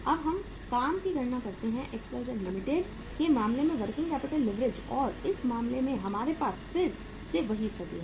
अब हम काम की गणना करते हैं एक्सवाईजेड XYZ लिमिटेड के मामले में वर्किंग कैपिटल लीवरेज और इस मामले में हमारे पास फिर से वही स्थिति है